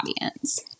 audience